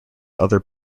other